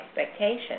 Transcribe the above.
expectation